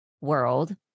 world